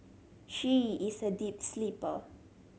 she is a deep sleeper